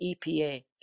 EPA